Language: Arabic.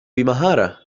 بمهارة